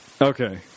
Okay